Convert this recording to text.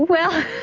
well,